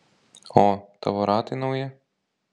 o tavo ratai nauji